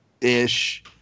ish